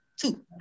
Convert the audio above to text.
two